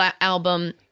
Album